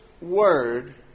word